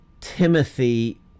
Timothy